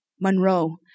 Monroe